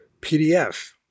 PDF